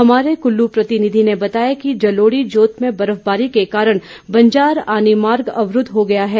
हमारे कुल्लू प्रतिनिधि ने बताया कि जलोड़ी जोत में बर्फबारी के कारण बंजार आनी मार्ग अवरूद्व हो गया है